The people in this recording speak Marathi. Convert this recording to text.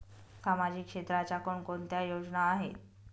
सामाजिक क्षेत्राच्या कोणकोणत्या योजना आहेत?